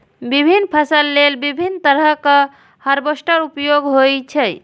विभिन्न फसल लेल विभिन्न तरहक हार्वेस्टर उपयोग होइ छै